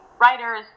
writers